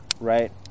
Right